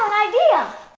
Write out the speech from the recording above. idea!